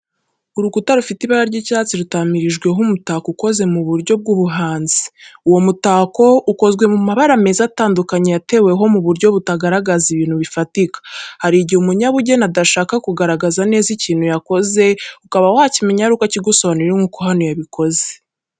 Urukuta rufite ibara ry’icyatsi rutamirijweho umutako ukoze mu buryo bw’ubuhanzi. Uwo mutako ukozwe mu mabara meza atandukanye yateweho mu buryo butagaragaza ibintu bifatika. Hari igihe umunyabugeni adashaka kugaragaza neza ikintu yakoze, ukaba wakimenya ari uko akigusobanuriye nk'uko hano yabikoze.